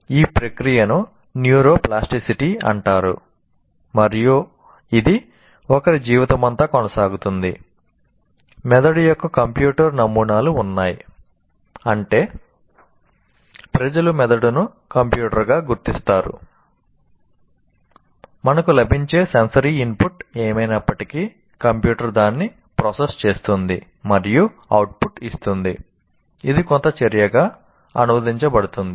ఈ ప్రక్రియను న్యూరోప్లాస్టిసిటీ ఏమైనప్పటికీ కంప్యూటర్ దాన్ని ప్రాసెస్ చేస్తుంది మరియు అవుట్పుట్ ఇస్తుంది ఇది కొంత చర్యగా అనువదించబడుతుంది